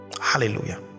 hallelujah